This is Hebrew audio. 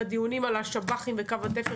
בדיונים על השב"חים בקו התפר,